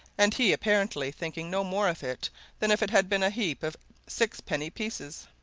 and he apparently thinking no more of it than if it had been a heap of six-penny pieces.